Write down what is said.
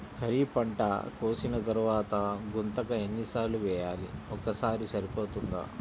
ఖరీఫ్ పంట కోసిన తరువాత గుంతక ఎన్ని సార్లు వేయాలి? ఒక్కసారి సరిపోతుందా?